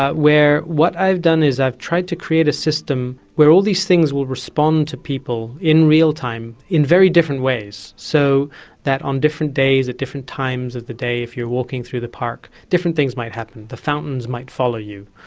ah where what i've done is i've tried to create a system where all these things will respond to people in real time in very different ways. so on different days at different times of the day, if you're walking through the park, different things might happen the fountains might follow you,